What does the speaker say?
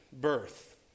birth